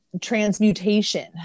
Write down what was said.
transmutation